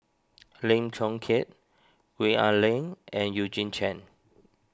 Lim Chong Keat Gwee Ah Leng and Eugene Chen